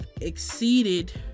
exceeded